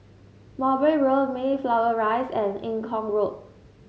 Mowbray Road Mayflower Rise and Eng Kong Road